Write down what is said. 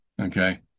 Okay